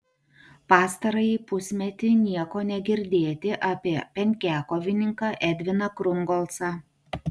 pastarąjį pusmetį nieko negirdėti apie penkiakovininką edviną krungolcą